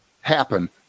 happen